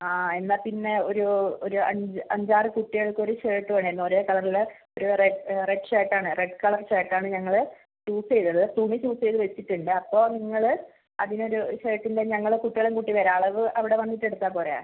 ആ എന്നാൽ പിന്നെ ഒരു ഒരു അഞ്ച് അഞ്ചാറ് കുട്ടികൾക്കൊരു ഷർട്ട് വേണമായിരുന്നു ഒരേ കളറിൽ ഒരു റെഡ് ഷർട്ട് ആണ് ഒരു റെഡ് കളർ ഷർട്ട് ആണ് ഞങ്ങൾ ചൂസ് ചെയ്തത് തുണി ചൂസ് ചെയ്ത് വെച്ചിട്ടുണ്ട് അപ്പം നിങ്ങൾ അതിനൊരു ഷർട്ടിൻ്റെ ഞങ്ങൾ കുട്ടികളെയും കൂട്ടി വെരാം അളവ് അവിടെ വന്നിട്ട് എടുത്താൽ പോരേ